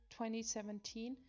2017